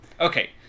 Okay